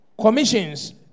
Commissions